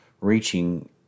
reaching